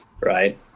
right